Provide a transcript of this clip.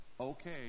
okay